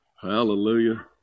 hallelujah